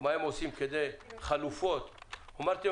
מה הם עושים כחלופות הוא אמר לי: אתם